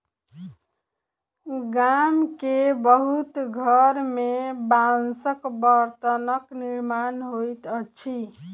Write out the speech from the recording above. गाम के बहुत घर में बांसक बर्तनक निर्माण होइत अछि